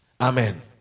Amen